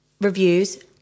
reviews